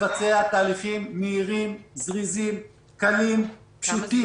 לבצע תהליכים מהירים, זריזים, קלים, פשוטים,